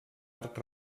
arc